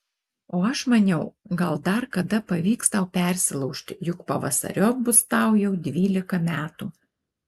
o aš maniau gal dar kada pavyks tau persilaužti juk pavasariop bus tau jau dvylika metų